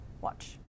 Watch